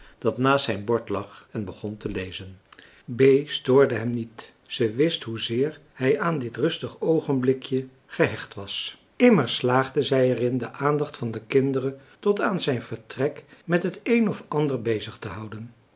dat naast zijn bord lag en begon te lezen bee stoorde hem niet zij wist hoezeer hij aan dit rustig oogenblikje gehecht was immer slaagde zij er in de aandacht van de kinderen tot aan zijn vertrek met het een of ander bezig te houden